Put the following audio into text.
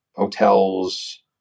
hotels